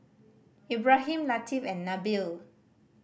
Ibrahim Latif and Nabil